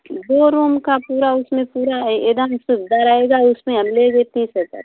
दो रूम का पूरा उसमें पूरा एक दम सुविधा रहेगी उसमें हम लेंगे तीस हज़ार